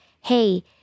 hey